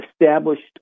established